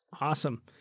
Awesome